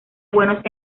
buenos